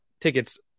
tickets